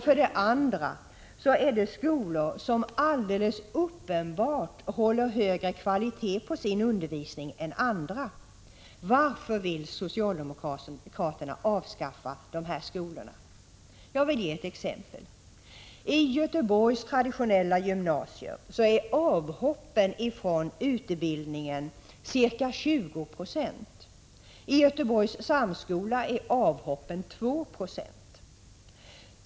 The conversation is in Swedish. För det andra är det skolor som alldeles uppenbart håller högre kvalitet på sin undervisning än andra. Varför vill socialdemokraterna avskaffa dessa skolor? Jag vill ge ett exempel: I Göteborgs traditionella gymnasier är avhoppen från utbildningen ca 20 96. I Göteborgs Samskola är avhoppen 2 96.